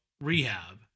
rehab